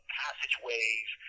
passageways